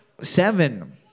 seven